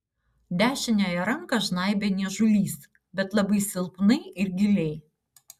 dešiniąją ranką žnaibė niežulys bet labai silpnai ir giliai